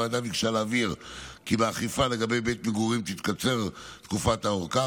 הוועדה ביקשה להבהיר כי באכיפה לגבי בית מגורים תתקצר תקופת הארכה.